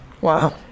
Wow